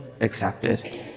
accepted